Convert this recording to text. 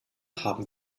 haben